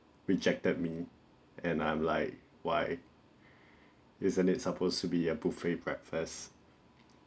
rejected me and I'm like why isn't it supposed to be a buffet breakfast